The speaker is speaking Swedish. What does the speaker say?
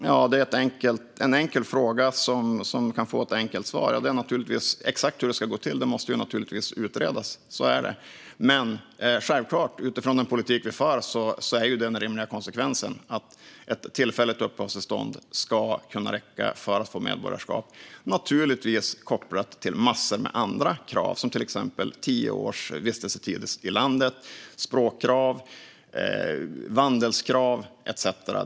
Fru talman! Det är en enkel fråga som kan få ett enkelt svar. Exakt hur det ska gå till måste naturligtvis utredas, men utifrån den politik vi för är den rimliga konsekvensen att ett tillfälligt uppehållstillstånd ska kunna räcka för medborgarskap. Naturligtvis ska det vara kopplat till massor med andra krav som tio års vistelsetid i landet, språkkrav, vandelskrav etcetera.